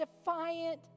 defiant